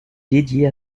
dédiée